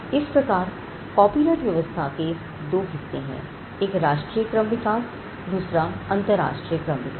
इसी प्रकार कॉपीराइट व्यवस्था के दो हिस्से हैंएक राष्ट्रीय क्रम विकास और दूसरा अंतरराष्ट्रीय क्रम विकास